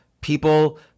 people